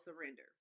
surrender